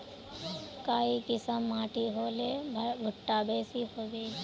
काई किसम माटी होले भुट्टा बेसी होबे?